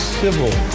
civil